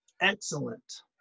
Excellent